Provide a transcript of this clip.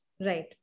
Right